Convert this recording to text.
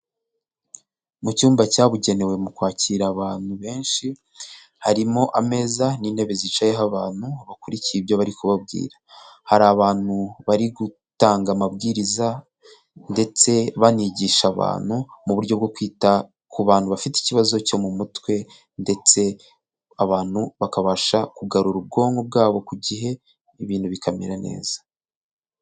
Mu cyumba cyabugenewe mu kwakira abantu benshi, harimo ameza n'intebe zicayeho abantu bakurikiye ibyo bari kubabwira, hari abantu bari gutanga amabwiriza ndetse banigisha abantu mu buryo bwo kwita ku bantu bafite ikibazo cyo mu mutwe ndetse abantu bakabasha kugarura ubwonko bwabo ku gihe ibintu bikamera neza.